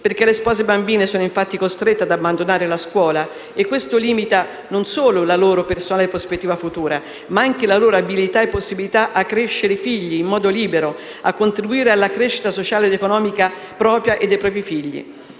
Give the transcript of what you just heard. loro. Le spose bambine sono infatti costrette ad abbandonare la scuola e questo limita non solo la loro personale prospettiva futura, ma anche la loro abilità e possibilità di crescere figli in modo libero, di contribuire alla crescita sociale ed economica propria e dei propri figli.